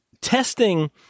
testing